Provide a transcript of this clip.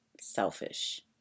selfish